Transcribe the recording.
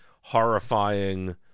horrifying